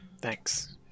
Thanks